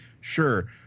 Sure